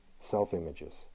self-images